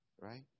right